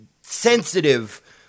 sensitive